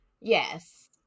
Yes